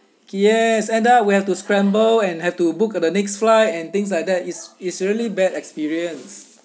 yes and then we have to scramble and have to book the next flight and things like that it's it's really bad experience